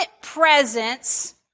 presence